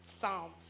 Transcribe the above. psalm